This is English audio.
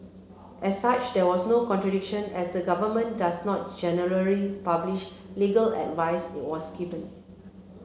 as such there was no contradiction as the government does not generally publish legal advice it was given